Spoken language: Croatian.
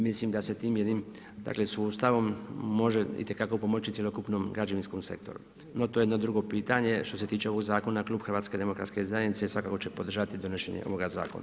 Mislim da se tim jednim sustavom može itekako pomoći cjelokupnom građevinskom sektoru no to je jedno drugo pitanje, što se tiče zakona, klub HDZ-a svakako će podržati donošenje ovoga zakona.